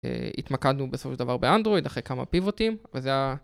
התמקדנו בסופו של דבר באנדרואיד אחרי כמה פיבוטים, וזה ה...